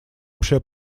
общее